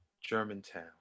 Germantown